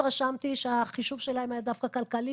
אומרת לך שאני התרשמתי שהחישוב שלהם היה דווקא כלכלי,